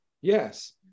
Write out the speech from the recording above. yes